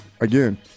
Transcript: again